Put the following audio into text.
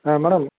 ஆ madam